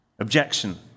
objection